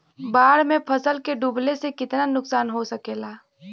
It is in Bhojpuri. बाढ़ मे फसल के डुबले से कितना नुकसान हो सकेला?